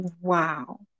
Wow